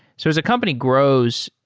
so as a company grows,